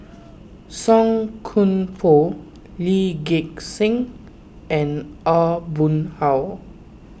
Song Koon Poh Lee Gek Seng and Aw Boon Haw